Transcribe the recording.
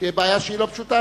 בעיה שהיא לא פשוטה,